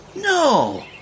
No